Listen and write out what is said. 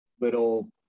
little